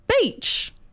Beach